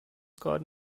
gerade